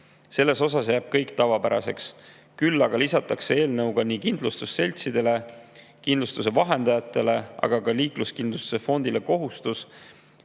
See jääb kõik tavapäraseks. Küll aga lisatakse eelnõuga kindlustusseltsidele, kindlustuse vahendajatele, aga ka liikluskindlustuse fondile kohustus